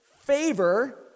favor